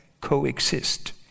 coexist